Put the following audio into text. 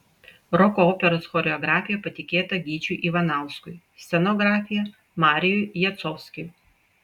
roko operos choreografija patikėta gyčiui ivanauskui scenografija marijui jacovskiui